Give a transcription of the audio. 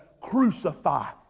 crucify